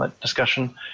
discussion